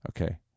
Okay